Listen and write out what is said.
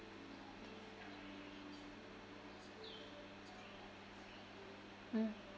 hmm